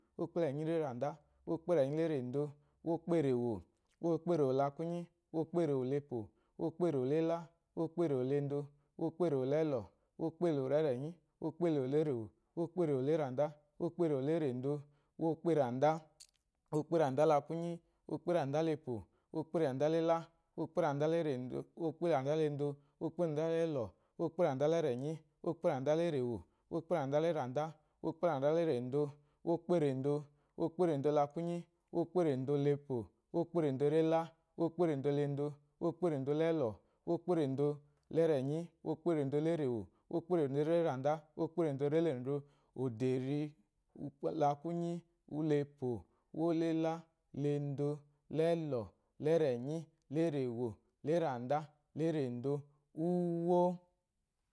Úwéekpɛ́rɛ̀nyílɛ́ràndá, úwéekpɛ́rɛ̀nyílérendo, úwókpêrèwò, úwókpêrèwòlakunyí, úwókpêrèwòlepò, úwókpêrèwòlélá, úwókpêrèwòlendo, úwókpêrèwòlɛ́lɔ̀, úwókpêrèwòlɛ́rɛ̀nyí, úwókpêrèwòlérèwò, úwókpêrèwòlɛ́ràndá, úwókpêrèwòlérendo, úwóekpéeràndá, úwóekpéeràndálakúnyí, úwóekpéeràndálepò, úwóekpéeràndálɛ́lá, úwóekpéeràndálendo, úwóekpéeràndálɛ́lò, úwóekpéeràndálɛ́rɛ̀nyi, úwóekpéeràndálérèwò, úwóekpéeràndálɛ́ràndá, úwóekpéeràndálérendo, úwóekpéerendo, úwóekpéerendolakwúnyí, úwóekpéerendolepò, úwóekpéerendolɛ́lá, úwóekpéerendolendo, úwóekpéerendolɛ́lɔ̀, úwóekpéerendolɛ́rɛ̀nyí, úwóekpéerendolérèwò, úwóekpéerendolɛ́ràndá, úwóekpéerendolérendo, òdèri, lakúnyí, lepò, lendo, lɛ́lɔ̀, lɛ́rɛ̀nyí, lérèwò, lɛ́randá, lérèndó, lúwó